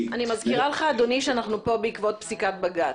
אנחנו פה בעקבות פסקת בג"ץ.